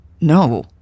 No